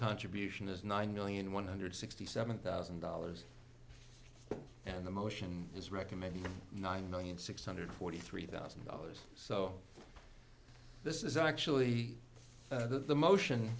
contribution is nine million one hundred sixty seven thousand dollars and the motion is recommending nine million six hundred forty three thousand dollars so this is actually the motion